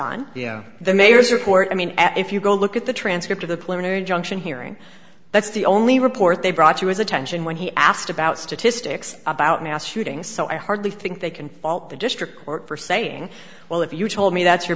on the mayor's report i mean if you go look at the transcript of the plan or injunction hearing that's the only report they brought to his attention when he asked about statistics about mass shootings so i hardly think they can fault the district court for saying well if you told me that's your